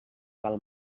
pel